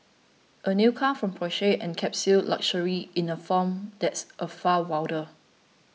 a new car from Porsche encapsulates luxury in a form that's a far wilder